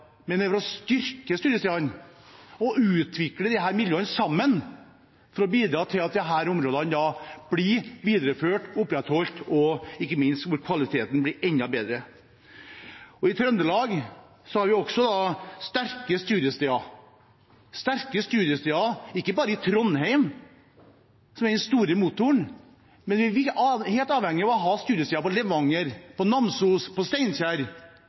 bidra til at disse områdene blir videreført, opprettholdt, og ikke minst til at kvaliteten blir enda bedre. I Trøndelag har vi også sterke studiesteder ikke bare i Trondheim, som er den store motoren. Vi er helt avhengige av å ha studiesteder i Levanger, Namsos